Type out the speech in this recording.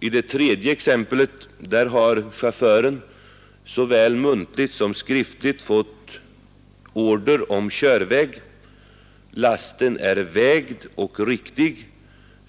I det tredje exemplet har chauffören såväl muntligt som skriftligt fått order om körväg, lasten är vägd och riktig.